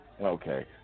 Okay